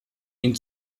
ihn